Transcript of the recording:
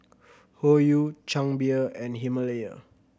Hoyu Chang Beer and Himalaya